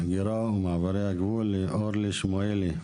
ההגירה ומעברי הגבול לאורלי שמואלי,